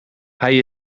hij